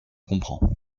comprends